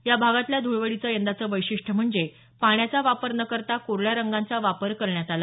या भागातल्या धुळवडीचं यंदाचं वैशिष्ट्यं म्हणजे पाण्याचा वापर न करता कोरड्या रंगांचा वापर करण्यात आला